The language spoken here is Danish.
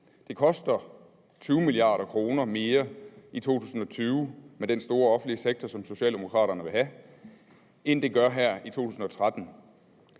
Det koster 20 mia. kr. mere i 2020 med den store offentlige sektor, som Socialdemokraterne vil have, end her i 2013.